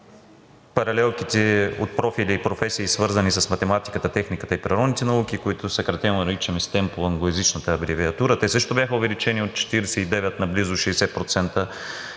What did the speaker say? паралелките от профили и професии, свързани с математиката, техниката и природните науки, които съкратено наричаме STEM по англоезичната абревиатура, също бяха увеличени от 49 на близо 60%